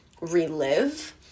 relive